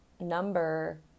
number